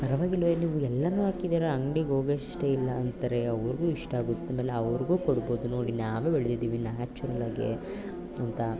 ಪರವಾಗಿಲ್ವೆ ನೀವು ಎಲ್ಲವೂ ಹಾಕಿದೀರ ಅಂಗ್ಡಿಗೆ ಹೋಗೊಷ್ಟೆ ಇಲ್ಲ ಅಂತಾರೆ ಅವ್ರಿಗೂ ಇಷ್ಟ ಆಗುತ್ತೆ ಆಮೇಲೆ ಅವ್ರಿಗೂ ಕೊಡ್ಬೌದು ನೋಡಿ ನಾವೇ ಬೆಳ್ದಿದೀವಿ ನ್ಯಾಚುರಲ್ಲಾಗೆ ಅಂತ